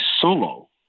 solo